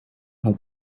how